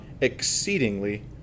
exceedingly